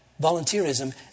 volunteerism